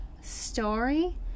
story